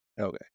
Okay